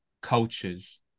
cultures